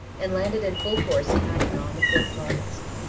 and landed in full force at mackinaw on the fourth of august.